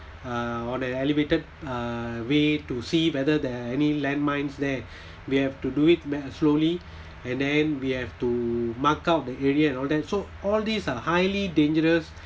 uh on an elevated uh way to see whether there are any land mines there we have to do it slowly and then we have to mark out the area and all that so all these are highly dangerous